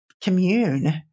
commune